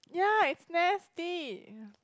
yeah it's nasty yeah